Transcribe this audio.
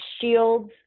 shields